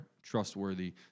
trustworthy